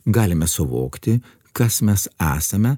galime suvokti kas mes esame